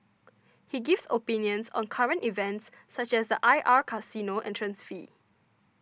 he gives opinions on current events such as the I R casino entrance fee